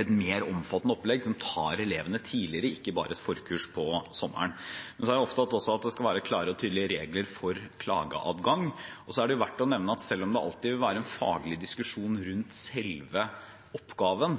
et mer omfattende opplegg som elevene deltar på tidligere, ikke bare et forkurs om sommeren. Jeg er også opptatt av at det skal være klare og tydelige regler for klageadgang. Det er verdt å nevne at selv om det alltid vil være en faglig diskusjon rundt selve oppgaven,